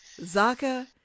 Zaka